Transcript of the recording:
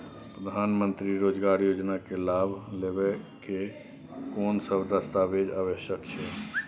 प्रधानमंत्री मंत्री रोजगार योजना के लाभ लेव के कोन सब दस्तावेज आवश्यक छै?